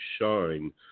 shine